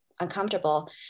uncomfortable